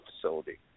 facility